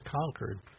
conquered